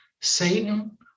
Satan